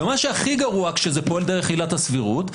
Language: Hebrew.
ומה שהכי גרוע כשזה פועל דרך עילת הסבירות,